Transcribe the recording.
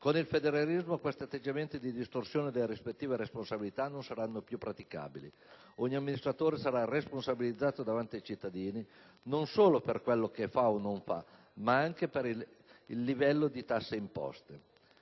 Con il federalismo questi atteggiamenti di distorsione delle rispettive responsabilità non saranno più praticabili. Ogni amministratore sarà responsabilizzato davanti ai cittadini non solo per quello che fa o non fa, ma anche per il livello di tasse imposte,